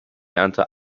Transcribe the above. ernte